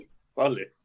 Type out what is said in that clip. Solid